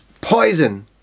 poison